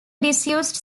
disused